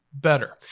Better